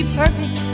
perfect